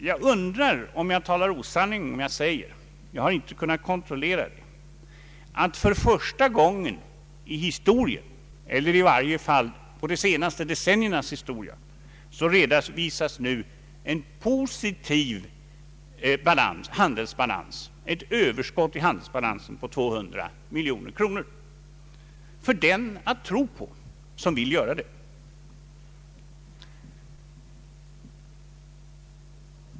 Jag undrar om jag talar osanning om jag säger — jag har inte kunnat kontrollera det — att för första gången i historien, eller i varje fall i de senaste decenniernas historia, redovisas nu en positiv handelsbalans, nämligen ett överskott på 200 miljoner kronor. Den som vill tro på detta må göra det!